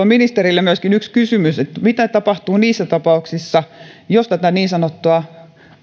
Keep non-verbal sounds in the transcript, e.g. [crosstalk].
[unintelligible] ministerille myöskin yksi kysymys siitä mitä tapahtuu niissä tapauksissa jos tätä niin sanottua